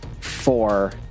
four